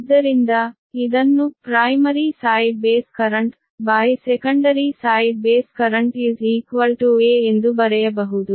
ಆದ್ದರಿಂದ ಇದನ್ನು primary side base current secondary side base current a ಎಂದು ಬರೆಯಬಹುದು